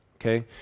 Okay